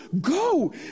Go